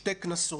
שתי כנסות,